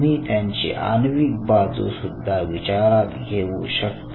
तुम्ही त्यांची आण्विक बाजू सुद्धा विचारात घेऊ शकता